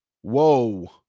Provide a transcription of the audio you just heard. whoa